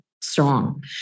strong